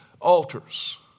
altars